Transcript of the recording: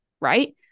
right